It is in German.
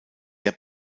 der